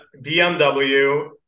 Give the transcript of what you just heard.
bmw